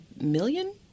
million